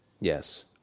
Yes